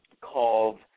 called